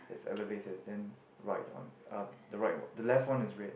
that's elevated then right one uh the right one the left one is red